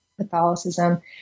Catholicism